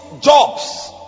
jobs